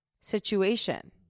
situation